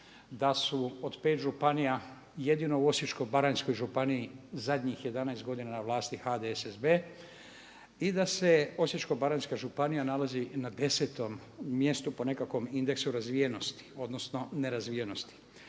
Da su od pet županija jedino u Osječko-baranjskoj županiji zadnjih 11 godina na vlasti HDSSB i da se Osječko-baranjska županija nalazi na desetom mjestu po nekakvom indeksu razvijenosti, odnosno nerazvijenosti,